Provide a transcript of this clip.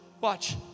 watch